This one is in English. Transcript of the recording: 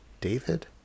David